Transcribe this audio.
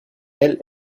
elles